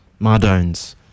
Mardones